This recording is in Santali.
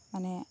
ᱚᱱᱮ